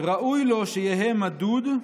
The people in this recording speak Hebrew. ראוי לו שיהא מדוד,